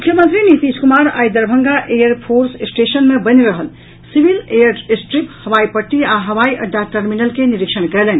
मुख्यमंत्री नीतीश कुमार आई Darbhanga air force station मे बनि रहल सिविल एयर स्ट्रिप हवाई पट्टी आ हवाई अड्डा टर्मिनल के निरीक्षण कयलनि